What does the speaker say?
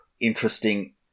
interesting